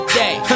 day